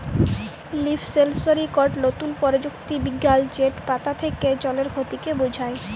leaf sensor ইকট লতুল পরযুক্তি বিজ্ঞাল যেট পাতা থ্যাকে জলের খতিকে বুঝায়